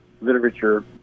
literature